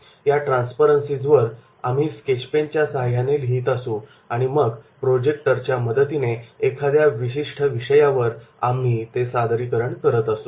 या ट्रान्सपरन्सीजवर आम्ही स्केचपेनच्या सहाय्याने लिहीत असू आणि मग प्रोजेक्टरच्या मदतीने एखाद्या विशिष्ट विषयावर आम्ही ते सादरीकरण करत असू